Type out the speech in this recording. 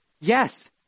Yes